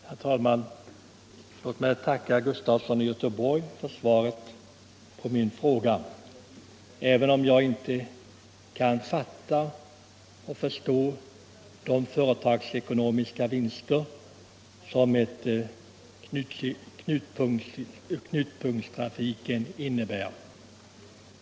Herr talman! Låt mig tacka herr Gustafson i Göteborg för svaret på min fråga — även om jag inte kan fatta och förstå vilka företagsekonomiska vinster knutpunkttrafiken innebär.